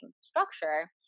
structure